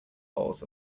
bowls